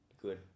good